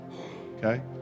Okay